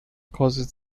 causes